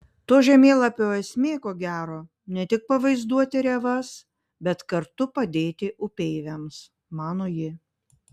to žemėlapio esmė ko gero ne tik pavaizduoti rėvas bet kartu padėti upeiviams mano ji